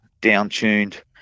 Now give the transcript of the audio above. down-tuned